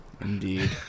Indeed